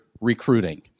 recruiting